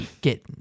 get